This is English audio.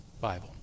Bible